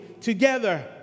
together